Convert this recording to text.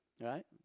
Right